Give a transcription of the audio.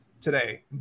today